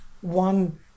one